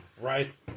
Rice